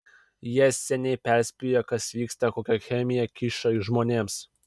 jie seniai perspėjo kas vyksta kokią chemiją kiša žmonėms